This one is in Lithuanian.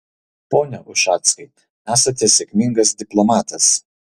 pone ušackai esate sėkmingas diplomatas